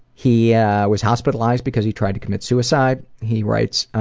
he yeah was hospitalized because he tried to commit suicide. he writes,